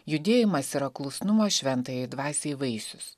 judėjimas yra klusnumo šventajai dvasiai vaisius